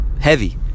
Heavy